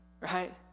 right